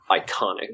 iconic